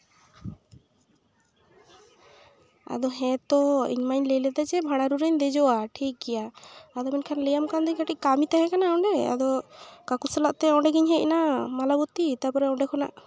ᱟᱫᱚ ᱦᱮᱸᱛᱚ ᱤᱧ ᱢᱟᱧ ᱞᱟᱹᱭ ᱞᱮᱫᱟ ᱵᱷᱟᱲᱟ ᱨᱳ ᱨᱮᱧ ᱫᱮᱡᱚᱜᱼᱟ ᱴᱷᱤᱠ ᱜᱮᱭᱟ ᱟᱫᱚ ᱢᱮᱱᱠᱷᱟᱱ ᱞᱟᱹᱭᱟᱢ ᱠᱟᱱ ᱫᱚ ᱠᱟᱹᱴᱤᱡᱠᱟᱹᱢᱤ ᱛᱟᱦᱮᱠᱟᱱᱟ ᱱᱚᱸᱰᱮ ᱛᱚ ᱠᱟᱠᱩ ᱥᱟᱞᱟᱜ ᱛᱮ ᱚᱸᱰᱮ ᱜᱤᱧ ᱦᱮᱡ ᱮᱱᱟ ᱢᱟᱞᱟᱵᱚᱛᱤ ᱛᱟᱯᱚᱨᱮ ᱚᱸᱰᱮ ᱠᱷᱚᱱᱟᱜ